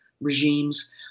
regimes